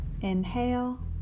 Inhale